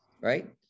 right